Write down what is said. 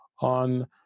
on